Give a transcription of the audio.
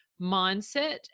mindset